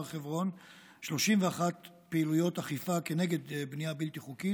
חברון 31 פעילויות אכיפה כנגד בנייה בלתי חוקית,